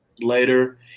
later